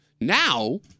Now